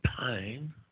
pain